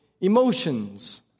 emotions